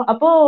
Apo